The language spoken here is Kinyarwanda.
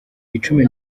icumi